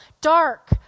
dark